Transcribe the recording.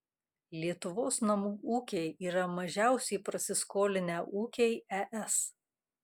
lietuvos namų ūkiai yra mažiausiai prasiskolinę ūkiai es